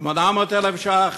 800,000 ש"ח,